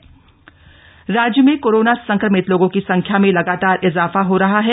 Covid update राज्य में corona संक्रमित लोगों की संख्या में लगातार इजाफा हो रहा है